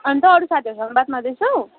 अन्त अरू साथीहरूसँग बात मार्दैछौ